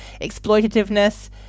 exploitativeness